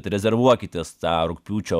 rezervuokitės tą rugpjūčio